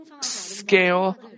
scale